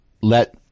let